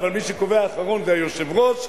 אבל מי שקובע אחרון זה היושב-ראש,